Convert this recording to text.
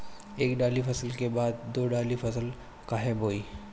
एक दाली फसल के बाद दो डाली फसल काहे बोई?